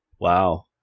Wow